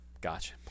gotcha